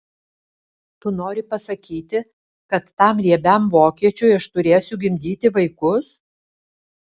tu nori pasakyti kad tam riebiam vokiečiui aš turėsiu gimdyti vaikus